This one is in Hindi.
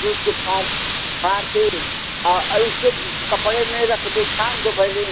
दूध के फाड़ फाड़ के अरे उसके कपड़े में रख दो छान दो पहले